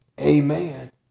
Amen